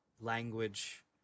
language